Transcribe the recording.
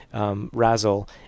razzle